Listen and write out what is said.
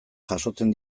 jasotzen